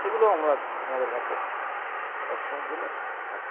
সেগুলোও আমরা আমাদের কাছে সব সময়ের জন্য থাকে